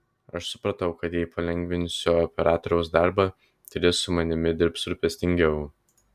aš supratau kad jei palengvinsiu operatoriaus darbą tai ir jis su manimi dirbs rūpestingiau